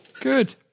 Good